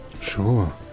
Sure